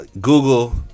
Google